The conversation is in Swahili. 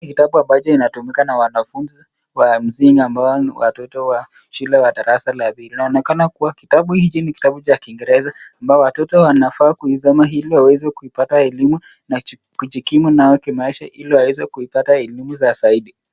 Hii ni kitabu ambacho inatumika na wanafunzi wa misingi ambao ni wa shule ya darasa la pili. Inaonekana kuwa kitabu hichi ni kitabu cha kiingereza ambao watoto wanafaa kuisoma ili waweze kuipata elimu na kujikimu nayo kimaisha ili waweze kuipata elimu za zaidi.